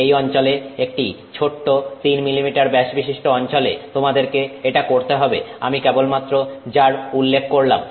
এই অঞ্চলে এই ছোট্ট 3 মিলিমিটার ব্যাসবিশিষ্ট অঞ্চলে তোমাদেরকে এটা করতে হবে আমি কেবলমাত্র যার উল্লেখ করলাম